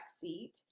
seat